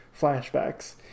flashbacks